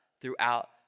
throughout